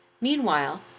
Meanwhile